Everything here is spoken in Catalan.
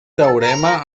teorema